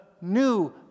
New